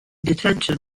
detention